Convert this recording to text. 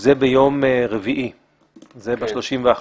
זה ביום רביעי ב-31.